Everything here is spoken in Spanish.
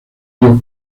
río